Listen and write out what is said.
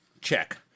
check